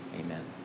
Amen